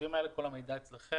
התקציבים האלה וכל המידע אצלכם.